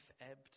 ebbed